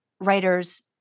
writers